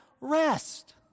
rest